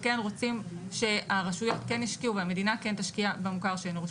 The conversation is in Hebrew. וכן רוצים שהרשויות כן ישקיעו והמדינה כן תשקיע במוכר שאינו רשמי.